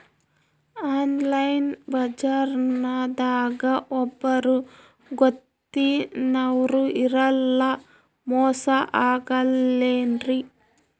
Online ಬಜಾರದಾಗ ಒಬ್ಬರೂ ಗೊತ್ತಿನವ್ರು ಇರಲ್ಲ, ಮೋಸ ಅಗಲ್ಲೆನ್ರಿ?